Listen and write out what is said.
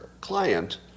client